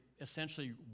essentially